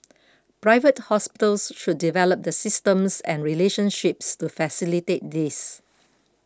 Private Hospitals should develop the systems and relationships to facilitate this